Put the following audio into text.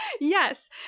Yes